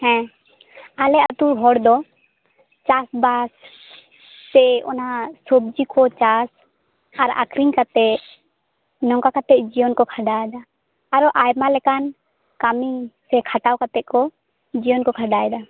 ᱦᱮᱸ ᱟᱞᱮ ᱟᱛᱳ ᱦᱚᱲ ᱫᱚ ᱪᱟᱥᱵᱟᱥ ᱥᱮ ᱚᱱᱟ ᱥᱚᱵᱡᱤ ᱠᱚ ᱪᱟᱥᱟᱨ ᱟᱠᱷᱨᱤᱧ ᱠᱟᱛᱮ ᱱᱚᱝᱠᱟᱠᱟᱛᱮ ᱡᱤᱭᱚᱱ ᱠᱚ ᱠᱷᱟᱱᱰᱟᱣ ᱫᱟ ᱟᱨᱚ ᱟᱭᱢᱟ ᱞᱮᱠᱟᱱ ᱠᱟᱹᱢᱤ ᱥᱮ ᱠᱷᱟᱴᱟᱣ ᱠᱟᱛᱮ ᱠᱚ ᱡᱤᱭᱚᱱ ᱠᱚ ᱠᱷᱟᱱᱰᱟᱣ ᱮᱫᱟ